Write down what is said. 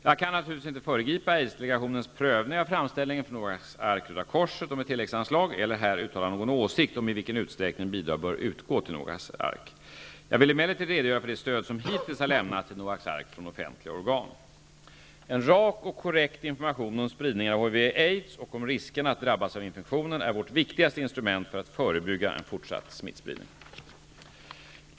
Jag kan naturligtvis inte föregripa Aidsdelegationens prövning av framställningen från Noaks Ark aids och om riskerna att drabbas av infektionen är vårt viktigaste instrument för att förebygga en fortsatt smittspridning.